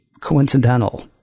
coincidental